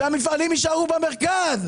שהמפעלים יישארו במרכז,